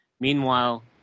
Meanwhile